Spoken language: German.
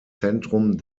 zentrum